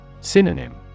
Synonym